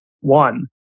One